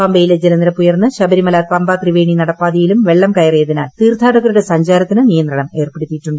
പമ്പയിലെ ജലനിരപ്പ് ഉയിർക്ക് ർബരിമല പമ്പാ ത്രിവേണി നടപ്പാതയിലും വെള്ളം കയറിയതിനാൽ തീർത്ഥാടകരുടെ സഞ്ചാരത്തിന് നിയന്ത്രണം ഏർപ്പെടുത്തിയിട്ടുണ്ട്